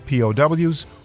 POWs